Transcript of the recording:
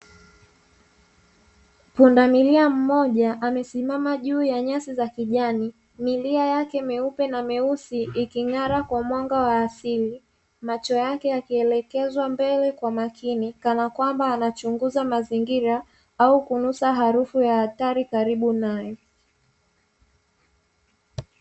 Pundamilia mmoja amesimama juu ya nyasi za kijani, milia yake myeupe na myeusi iking'ara kwa mwanga wa asili, macho yake yakielekezwa mbele kwa makini kana kwamba anachunguza mazingira au kunusa harufu ya hatari karibu naye.